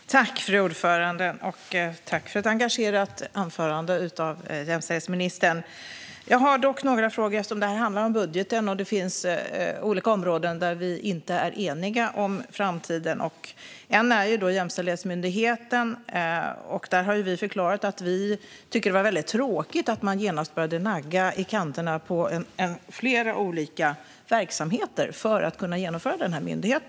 Fru talman! Jag tackar jämställdhetsministern för ett engagerat anförande. Jag har några frågor eftersom det handlar om budgeten, och det finns några områden där vi inte är eniga om framtiden. Ett av dessa är Jämställdhetsmyndigheten. Vi har ju förklarat att vi tyckte det var tråkigt att man genast började nagga i kanterna på flera olika verksamheter för att kunna inrätta denna myndighet.